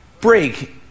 break